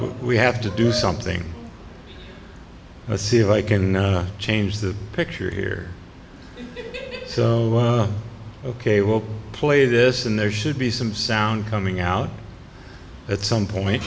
we have to do something let's see if i can change the picture here so ok we'll play this and there should be some sound coming out at some point